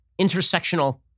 intersectional